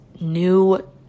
new